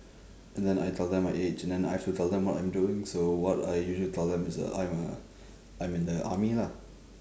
and then I tell them my age and then I also tell them what I'm doing so what I usually tell them is uh I'm a I'm in the army lah